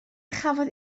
chafodd